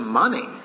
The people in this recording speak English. money